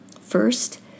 First